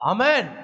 Amen